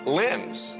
limbs